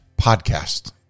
podcast